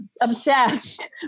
obsessed